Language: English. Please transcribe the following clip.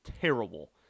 terrible